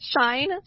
shine